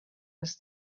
was